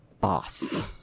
boss